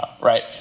right